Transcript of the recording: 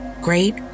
Great